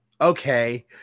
okay